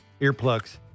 Earplugs